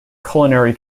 culinary